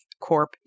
Corp